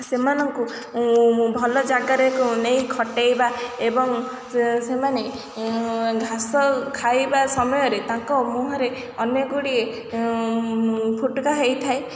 ସେମାନଙ୍କୁ ଭଲ ଜାଗାରେ ନେଇ ଖଟେଇବା ଏବଂ ସେମାନେ ଘାସ ଖାଇବା ସମୟରେ ତାଙ୍କ ମୁହଁରେ ଅନେକ ଗୁଡ଼ିଏ ଫୁଟୁକା ହେଇଥାଏ